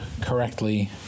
correctly